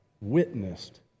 witnessed